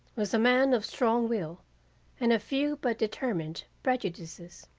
was a man of strong will and a few but determined prejudices.